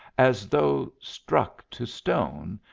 as though struck to stone,